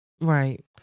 Right